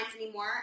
anymore